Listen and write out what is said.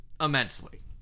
immensely